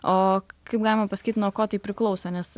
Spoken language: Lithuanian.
o kaip galima pasakyt nuo ko tai priklauso nes